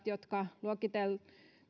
jotka luokiteltiin